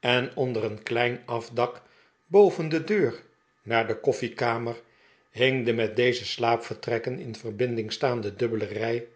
en onder een klein afdak boven de deur naar de koffiekamer hing de met deze slaapvertrekken in verbinding staande dubbele rij